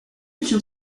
option